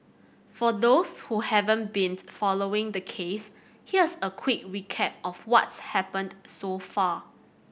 for those who haven't been following the case here's a quick recap of what's happened so far